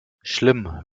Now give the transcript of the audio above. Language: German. schlimm